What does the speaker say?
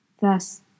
Thus